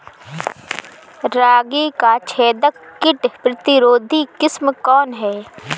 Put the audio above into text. रागी क छेदक किट प्रतिरोधी किस्म कौन ह?